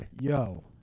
Yo